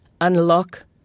unlock